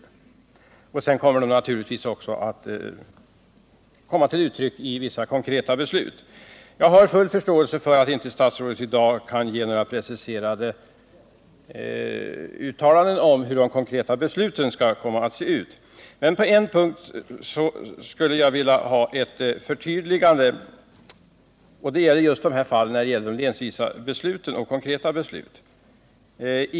Dessa utgångspunkter kommer naturligtvis sedan att komma till uttryck i konkreta beslut i landets olika delar. Jag har full förståelse för att statsrådet inte i dag kan göra några preciserade uttalanden om hur de konkreta besluten kan komma att se ut, men på en punkt skulle jag vilja ha ett förtydligande, och det gäller just de länsvisa konkreta besluten.